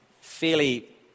fairly